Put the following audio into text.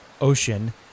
Ocean